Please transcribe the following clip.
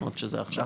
כמות שזה עכשיו.